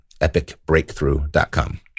epicbreakthrough.com